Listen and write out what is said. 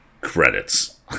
credits